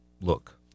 look